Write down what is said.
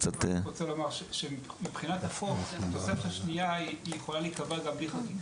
אבל מבחינתי אם יש פה דרישה לתואר ואתם מתייחסים לתואר במסגרת החוק,